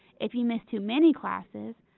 if you miss too many classes,